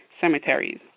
cemeteries